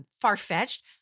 far-fetched